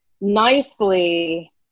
nicely